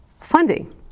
funding